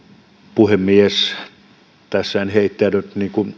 puhemies tässä en heittäydy